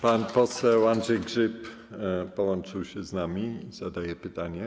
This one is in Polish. Pan poseł Andrzej Grzyb połączył się z nami i zada pytanie.